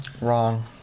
Wrong